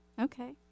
Okay